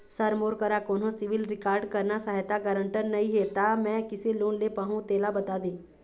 sir मोर करा कोन्हो सिविल रिकॉर्ड करना सहायता गारंटर नई हे ता मे किसे लोन ले पाहुं तेला बता दे